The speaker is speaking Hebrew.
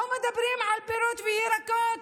לא מדברים על פירות וירקות,